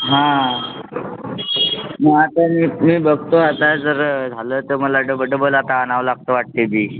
हां मं आता मी मी बगतो आता जर झालं तर मला डबल डबल आता आनावं लागतं वाटतेय बीश